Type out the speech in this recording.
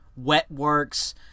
Wetworks